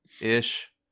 Ish